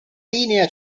linea